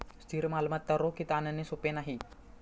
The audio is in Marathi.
स्थिर मालमत्ता रोखीत आणणे सोपे नाही